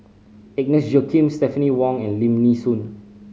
Agnes Joaquim Stephanie Wong and Lim Nee Soon